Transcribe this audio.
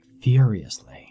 furiously